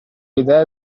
l’idea